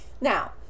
Now